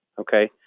Okay